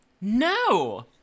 No